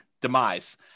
demise